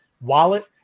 wallet